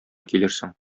килерсең